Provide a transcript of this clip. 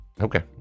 Okay